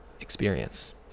Experience